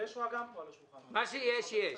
מה שיש, יש.